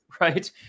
right